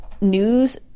news